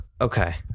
Okay